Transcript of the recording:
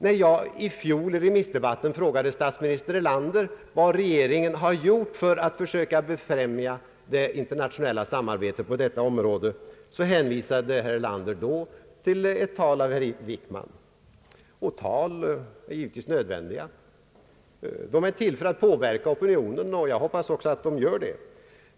När jag i fjol under remissdebatten frågade statsminister Erlander vad regeringen har gjort för att försöka befrämja det internationella samarbetet på detta område hänvisade han till ett tal av herr Wickman. Tal är givetvis nödvändiga. De är till för att påverka opinionen, och jag hoppas också att de gör det.